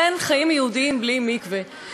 אין חיים יהודיים בלי מקווה.